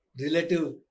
relative